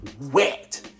wet